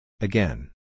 Again